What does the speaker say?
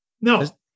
No